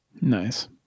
Nice